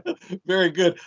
but very good,